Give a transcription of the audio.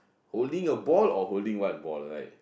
holding a ball or holding what ball like